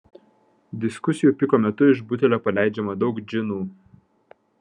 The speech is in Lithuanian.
diskusijų piko metu iš butelio paleidžiama daug džinų